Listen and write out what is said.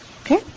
Okay